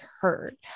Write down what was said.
heard